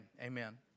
amen